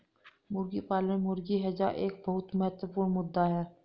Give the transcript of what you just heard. मुर्गी पालन में मुर्गी हैजा एक बहुत महत्वपूर्ण मुद्दा है